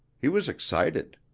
he was excited.